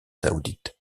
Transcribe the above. saoudite